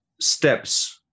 steps